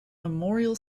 memorial